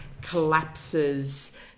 collapses